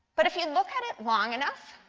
but if you look at it long enough,